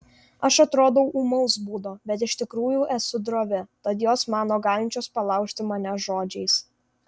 aš atrodau ūmaus būdo bet iš tikrųjų esu drovi tad jos mano galinčios palaužti mane žodžiais